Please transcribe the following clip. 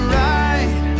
right